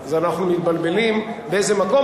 אז אנחנו מתבלבלים באיזה מקום,